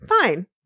fine